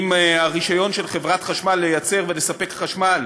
אם הרישיון של חברת החשמל לייצר ולספק חשמל